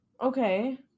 Okay